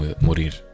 morir